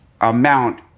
amount